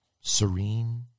Serene